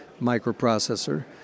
microprocessor